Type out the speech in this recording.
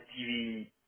tv